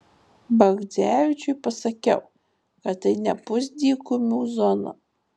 bagdzevičiui pasakiau kad tai ne pusdykumių zona